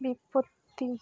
বিপত্তি